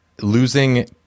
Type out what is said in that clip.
losing